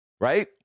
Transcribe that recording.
right